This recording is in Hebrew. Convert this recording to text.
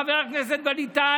חבר הכנסת ווליד טאהא,